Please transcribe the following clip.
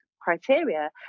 criteria